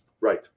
Right